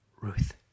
Ruth